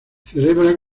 celebra